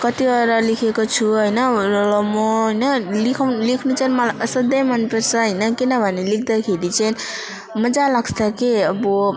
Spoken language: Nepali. कतिवटा लेखेको छु होइन र ल म होइन लेख लेख्नु चाहिँ मलाई असाध्यै मनपर्छ होइन किनभने लेख्दाखेरि चाहिँ मजा लाग्छ के अब